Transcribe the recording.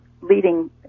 leading